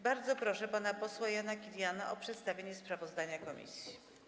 Bardzo proszę pana posła Jana Kiliana o przedstawienie sprawozdania komisji.